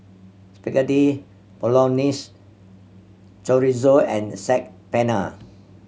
Spaghetti Bolognese Chorizo and Saag Paneer